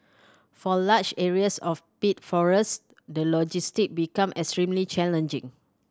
for large areas of peat forest the logistic become extremely challenging